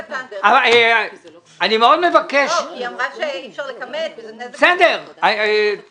היא אמרה שאי אפשר לכמת אבל הנזק הוא לא קטן.